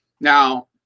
now